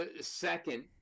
Second